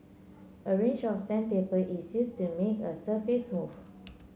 a range of sandpaper is used to make a surface smooth